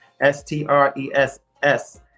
S-T-R-E-S-S